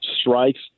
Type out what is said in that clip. strikes